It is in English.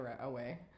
away